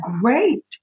great